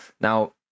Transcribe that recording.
Now